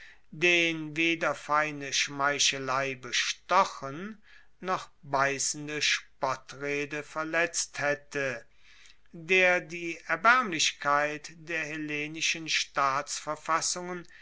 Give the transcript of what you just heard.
den weder feine schmeichelei bestochen noch beissende spottrede verletzt haette der die erbaermlichkeit der hellenischen